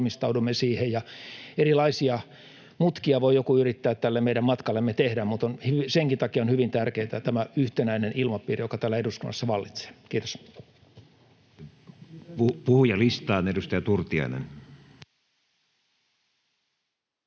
valmistaudumme siihen. Erilaisia mutkia voi joku yrittää tälle meidän matkallemme tehdä, mutta senkin takia on hyvin tärkeätä tämä yhtenäinen ilmapiiri, joka täällä eduskunnassa vallitsee. — Kiitos. [Speech 85] Speaker: Matti Vanhanen